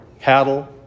cattle